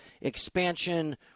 expansion